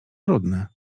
brudne